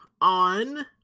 on